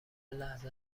لحظه